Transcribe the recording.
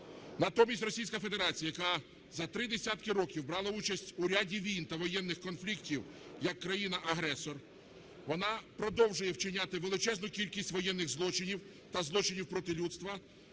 Натомість Російська Федерація, яка за три десятки років брала участь у ряді війн та воєнних конфліктів як країна-агресор, вона продовжує вчиняти величезну кількість воєнних злочинів та злочинів проти людства,